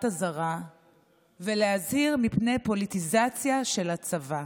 אזהרה ולהזהיר מפני פוליטיזציה של הצבא.